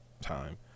time